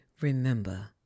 remember